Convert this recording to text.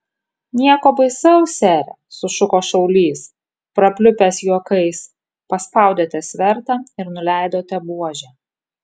nieko baisaus sere sušuko šaulys prapliupęs juokais paspaudėte svertą ir nuleidote buožę